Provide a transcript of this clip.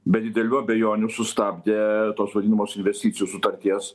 be didelių abejonių sustabdė tos vadinamos investicijų sutarties